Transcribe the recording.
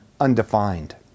Undefined